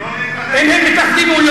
לא אומרים לא להתאחד.